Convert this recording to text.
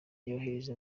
yohereje